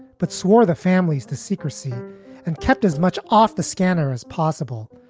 but swore the families to secrecy and kept as much off the scanner as possible,